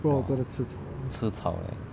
吃草 like